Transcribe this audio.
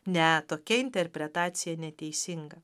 ne tokia interpretacija neteisinga